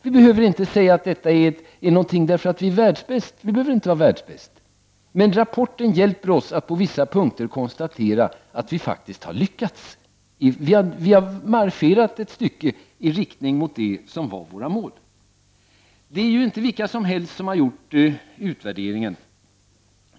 Vi behöver inte vara världsbäst, men rapporten hjälper oss att på vissa punkter konstatera att vi faktiskt har lyckats. Vi har marscherat ett stycke i riktning mot det som var våra mål. Det är inte vilka som helst som har gjort utvärderingen.